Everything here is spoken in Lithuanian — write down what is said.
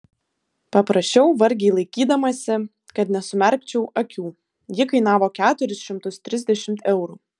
paprašiau vargiai laikydamasi kad nesumerkčiau akių ji kainavo keturis šimtus trisdešimt eurų